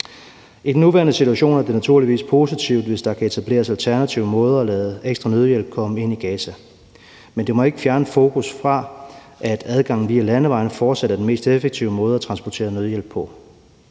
I den nuværende situation er det naturligvis positivt, hvis der kan etableres alternative måder at lade ekstra nødhjælp komme ind i Gaza på. Men det må ikke fjerne fokus fra, at adgang via landevejene fortsat er den mest effektive måde at transportere nødhjælp på.